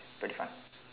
but fun